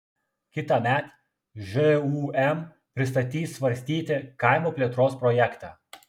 kitąmet žūm pristatys svarstyti kaimo plėtros projektą